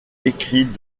écrit